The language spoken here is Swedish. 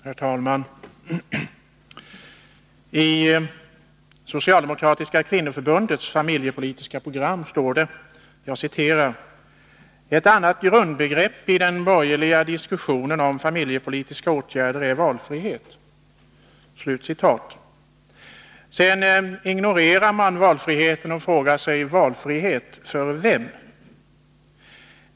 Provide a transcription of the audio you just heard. Herr talman! I socialdemokratiska kvinnoförbundets familjepolitiska program står det: ”Ett annat grundbegrepp i den borgerliga diskussionen om familjepolitiska åtgärder är valfrihet.” Sedan ignorerar man valfriheten och frågar: För vem?